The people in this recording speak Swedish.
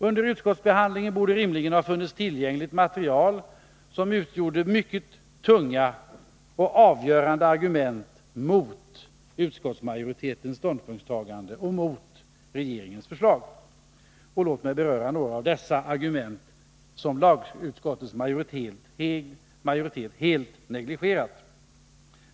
Under utskottsbehandlingen borde det rimligen ha funnits material tillgängligt som utgjort mycket tunga och avgörande argument mot utskottsmajoritetens ståndpunktstagande och mot regeringens förslag. Låt mig beröra några av dessa argument, som lagutskottets majoritet helt negligerat.